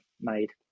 made